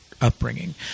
upbringing